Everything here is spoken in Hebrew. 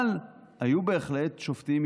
אבל היו בהחלט שופטים,